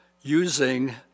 using